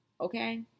okay